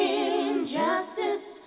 injustice